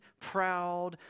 proud